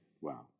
Wow